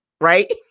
right